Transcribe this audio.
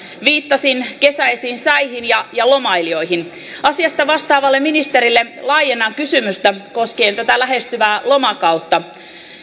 viittasin kesäisiin säihin ja ja lomailijoihin asiasta vastaavalle ministerille laajennan kysymystä koskien tätä lähestyvää lomakautta